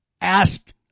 ask